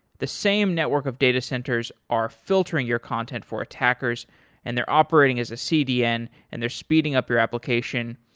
the same network of data centers are filtering your content for attackers and they're operating as a cdn and they're speeding up your application,